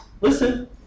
listen